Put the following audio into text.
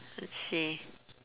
let's see